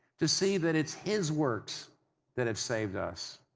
to see that it's his works that have saved us.